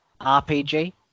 rpg